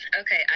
Okay